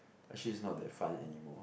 actually it's not that fun anymore